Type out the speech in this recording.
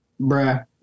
Bruh